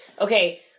okay